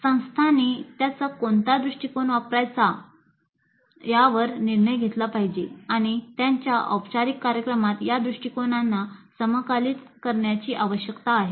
संस्थांनी त्यांचा कोणता दृष्टीकोन वापरायचा आहे यावर निर्णय घेतला पाहिजे आणि त्यांच्या औपचारिक कार्यक्रमात या दृष्टिकोनांना समाकलित करण्याची आवश्यकता आहे